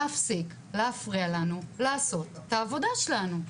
להפסיק להפריע לנו לעשות את העבודה שלנו.